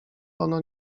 ono